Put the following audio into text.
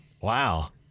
Wow